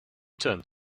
turned